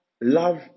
love